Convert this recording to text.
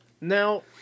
Now